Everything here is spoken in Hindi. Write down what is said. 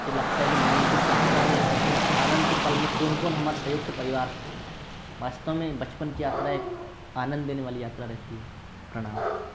तो लगता है कि नहीं उस यात्रा में उस आनंद के पल में कौन कौन हमारा संयुक्त परिवार वास्तव में बचपन की यात्रा एक आनंद देने वाली यात्रा रहती है प्रणाम